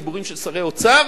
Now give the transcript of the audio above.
דיבורים של שרי אוצר